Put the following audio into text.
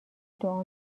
دعا